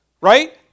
right